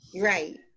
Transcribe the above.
Right